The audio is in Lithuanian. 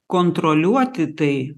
kontroliuoti tai